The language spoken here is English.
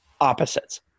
opposites